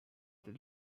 del